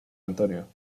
antonio